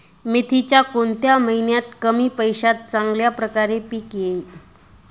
मेथीचे कोणत्या महिन्यात कमी पैशात चांगल्या प्रकारे पीक येईल?